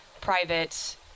private